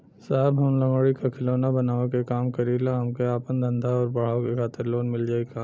साहब हम लंगड़ी क खिलौना बनावे क काम करी ला हमके आपन धंधा अउर बढ़ावे के खातिर लोन मिल जाई का?